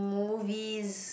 movies